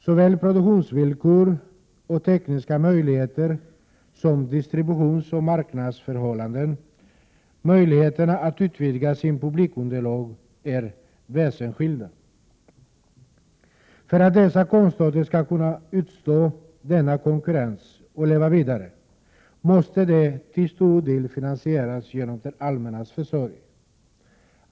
Såväl produktionsvillkor och tekniska möjligheter som distributionsoch marknadsförhållanden, möjligheterna att utvidga sitt publikunderlag är väsensskilda. För att dessa konstarter skall kunna utstå denna konkurrens och leva vidare måste de till stor del finansieras genom det allmännas försorg.